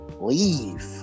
Leave